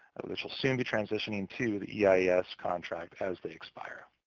which will soon be transitioning to the eis contract, as they expire.